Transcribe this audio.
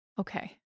Okay